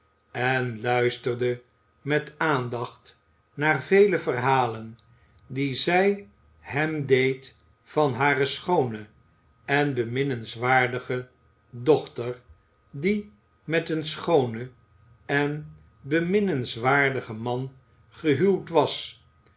en luisterde met aandacht naar vele verhalen die zij hem deed van hare schoone en beminnenswaardige dochter die met een schoonen en beminnenswaardigen man gehuwd was